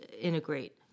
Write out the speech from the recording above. integrate